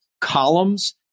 columns